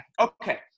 okay